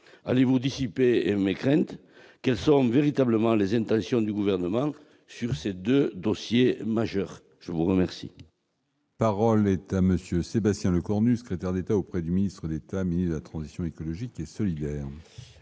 Allez-vous dissiper mes craintes ? Quelles sont les véritables intentions du Gouvernement sur ces deux dossiers majeurs ? La parole